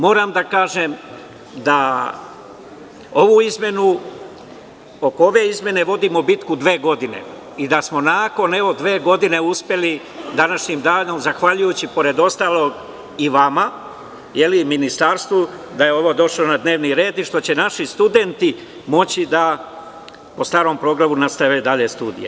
Moram da kažem da oko ove izmene vodimo bitku dve godine i da smo nakon dve godine uspeli današnjim danom, zahvaljujući pored ostalog i vama i ministarstvu, da je ovo došlo na dnevni red i što će naši studenti moći da po starom programu nastave dalje studije.